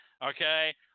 Okay